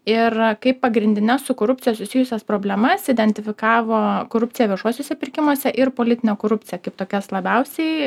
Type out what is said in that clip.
ir kaip pagrindines su korupcija susijusias problemas identifikavo korupciją viešuosiuose pirkimuose ir politinę korupciją kaip tokias labiausiai